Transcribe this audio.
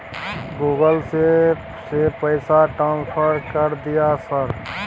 Google से से पैसा ट्रांसफर कर दिय सर?